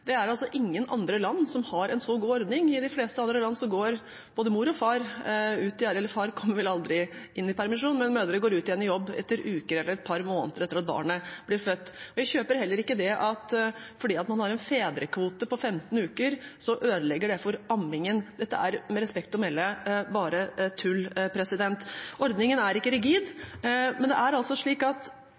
Det er ingen andre land som har en så god ordning. I de fleste andre land går både mor og far ut i arbeid – eller far kommer vel aldri inn i permisjon, men mødre går ut igjen i jobb etter uker eller et par måneder etter at barnet er født. Jeg kjøper heller ikke det at fordi man har en fedrekvote på 15 uker, ødelegger det for ammingen. Dette er med respekt å melde bare tull. Ordningen er ikke rigid – Kristelig Folkeparti burde lytte til flere familier enn bare dem som ønsker at